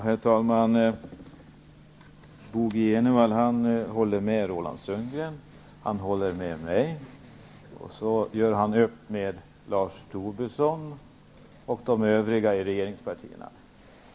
Herr talman! Bo G. Jenevall håller med Roland Sundgren, han håller med mig och så gör han upp med Lars Tobisson och de övriga i regeringspartierna.